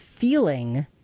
feeling